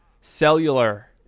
Cellular